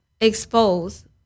expose